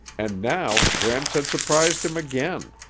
and now gramps had surprised him again.